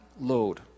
load